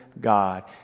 God